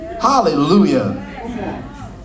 hallelujah